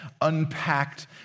unpacked